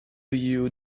you